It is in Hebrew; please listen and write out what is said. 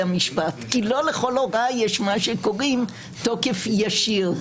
משפט כי לא לכל הוראה יש מה שקוראים תוקף ישיר.